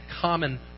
common